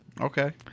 Okay